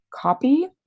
copy